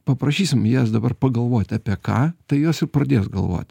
paprašysim jas dabar pagalvoti apie ką tai jos ir pradės galvoti